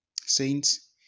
Saints